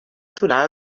aturar